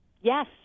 Yes